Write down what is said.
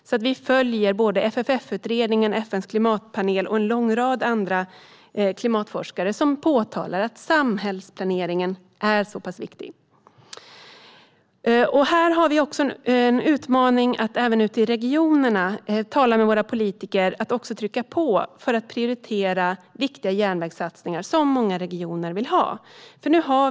Då följer vi FFF-utredningen, FN:s klimatpanel och en lång rad andra klimatforskare som påpekar att samhällsplaneringen är viktig. En utmaning är att tala med våra politiker i regionerna som kan trycka på för att viktiga järnvägssatsningar som många regioner vill ha prioriteras.